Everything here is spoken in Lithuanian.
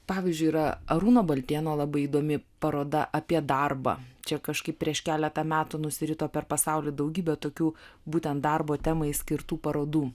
pavyzdžiui yra arūno baltėno labai įdomi paroda apie darbą čia kažkaip prieš keletą metų nusirito per pasaulį daugybė tokių būtent darbo temai skirtų parodų